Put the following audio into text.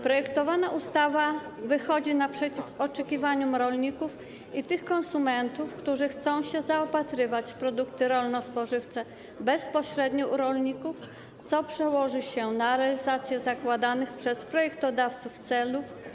Projektowana ustawa wychodzi naprzeciw oczekiwaniom rolników i tych konsumentów, którzy chcą się zaopatrywać w produkty rolno-spożywcze bezpośrednio u rolników, co przełoży się na realizację zakładanych przez projektodawców celów.